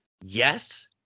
Yes